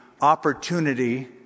opportunity